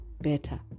better